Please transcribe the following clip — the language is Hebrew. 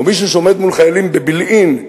או מישהו שעומד מול חיילים בבילעין,